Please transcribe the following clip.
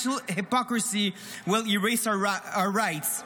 hypocrisy will erase our rights.